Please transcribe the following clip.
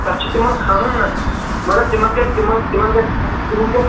تَتھ چھُ تِمَن کھنُن نا مگر تِمَن گژھِ تِمَن تِمَن گژھِ تِمَن گژھِ